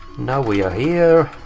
now we are here.